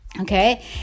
okay